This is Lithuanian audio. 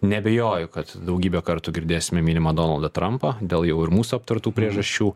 neabejoju kad daugybę kartų girdėsime minimą donaldą trampą dėl jau ir mūsų aptartų priežasčių